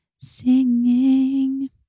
Singing